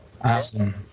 Awesome